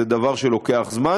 זה דבר שלוקח זמן,